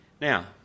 Now